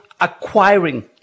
acquiring